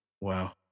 wow